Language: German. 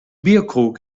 bierkrug